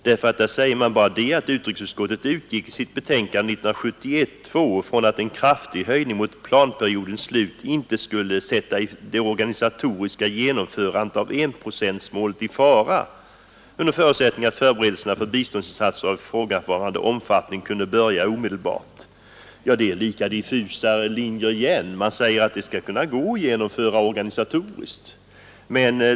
Man säger där bara: ”Utrikesutskottet utgick i sitt betänkande 1971:2 från att en kraftig höjning mot planperiodens slut inte skulle sätta det organisatoriska genomförandet av enprocentsplanen i fara, under förutsättning att förberedelserna för biståndsinsatser av ifrågavarande omfattning kunde börja omedelbart.” Det är lika diffust. Man säger alltså att detta skall kunna gå att Nr72 genomföra organisatoriskt.